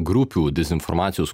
grupių dezinformacijos